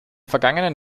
vergangenen